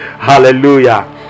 hallelujah